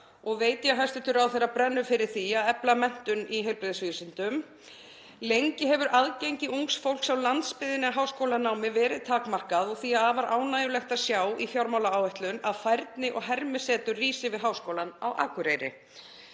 og veit ég að hæstv. ráðherra brennur fyrir því að efla menntun í heilbrigðisvísindum. Lengi hefur aðgengi ungs fólks á landsbyggðinni að háskólanámi verið takmarkað og því er afar ánægjulegt að sjá í fjármálaáætlun að færni- og hermisetur rísi við Háskólann á Akureyri.